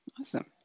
Awesome